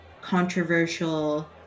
controversial